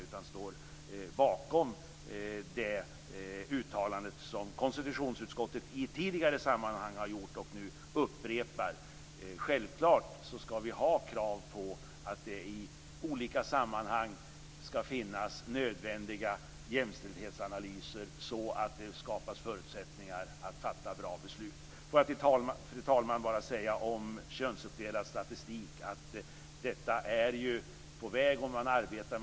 Jag står bakom detta uttalande, som konstitutionsutskottet har gjort i ett tidigare sammanhang och nu upprepar. Självklart skall vi ställa krav på nödvändiga jämställdhetsanalyser i olika sammanhang, så att det skapas förutsättningar att fatta bra beslut. Fru talman! Man arbetar med könsuppdelad statistik på olika sätt.